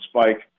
spike